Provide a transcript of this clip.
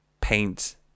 paint